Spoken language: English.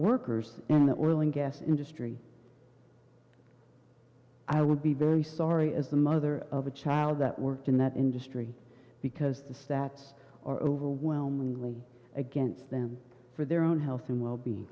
workers in the oil and gas industry i would be very sorry as the mother of a child that worked in that industry because the stats are overwhelmingly against them for their own health and well be